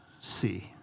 see